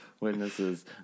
Witnesses